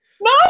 No